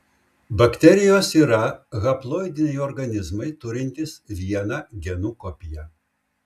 bakterijos yra haploidiniai organizmai turintys vieną genų kopiją